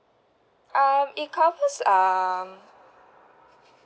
um it covers um